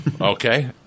Okay